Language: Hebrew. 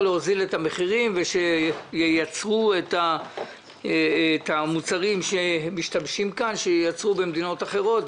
ייצרו את המוצרים שמשתמשים כאן במדינות אחרות,